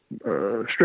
strip